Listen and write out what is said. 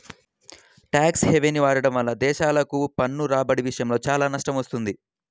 tax హెవెన్ని వాడటం వల్ల దేశాలకు పన్ను రాబడి విషయంలో చాలా నష్టం వస్తుంది